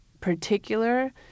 particular